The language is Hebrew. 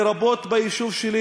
לרבות ביישוב שלי,